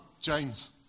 James